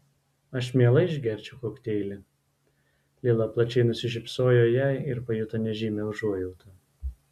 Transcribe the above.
aš mielai išgerčiau kokteilį lila plačiai nusišypsojo jai ir pajuto nežymią užuojautą